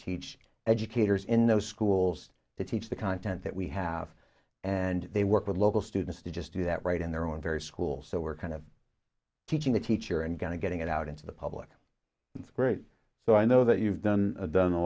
teach educators in those schools to teach the content that we have and they work with local students to just do that right in their own very school so we're kind of teaching the teacher and going to getting it out into the public square so i know that you've done done a